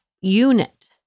unit